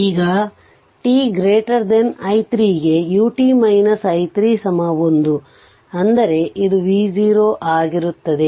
ಈಗ t i 3 ಗೆ u t i 3 1 ಅಂದರೆ ಇದು v0 ಆಗಿರುತ್ತದೆ